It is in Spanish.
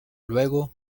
luego